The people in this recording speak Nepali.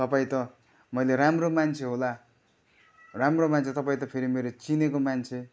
तपाईँ त मैले राम्रो मान्छे होला राम्रो मान्छे तपाईँ त मेरो फेरि चिनेको मान्छे